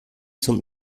zum